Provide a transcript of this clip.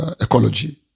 ecology